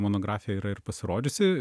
monografija yra ir pasirodžiusi